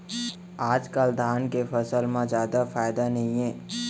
आजकाल धान के फसल म जादा फायदा नइये